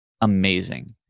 amazing